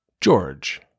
George